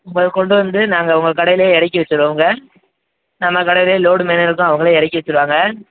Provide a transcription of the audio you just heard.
உங்களுக்கு கொண்டு வந்து நாங்கள் உங்கள் கடையிலையே இறக்கி விட்டுடுவோங்க நம்ம கடையிலையே லோடு மேனு இருக்கும் அவங்களே இறக்கி வெச்சுடுவாங்க